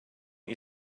you